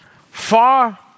Far